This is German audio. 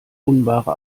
unwahre